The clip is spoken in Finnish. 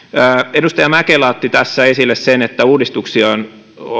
edustaja mäkelä otti tässä esille sen että uudistuksia